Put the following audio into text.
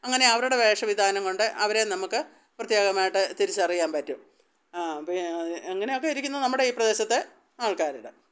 അങ്ങനെ അവരുടെ വേഷവിധാനം കൊണ്ടു അവരെ നമുക്ക് പ്രത്യേകമായിട്ടു തിരിച്ചറിയാൻ പറ്റും പി അങ്ങനെ ഒക്കെ ഇരിക്കുന്ന നമ്മുടെ ഈ പ്രദേശത്തെ ആൾക്കാരിത്